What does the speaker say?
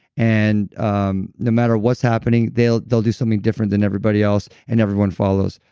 and um no matter what's happening, they'll they'll do something different than everybody else and everyone follows.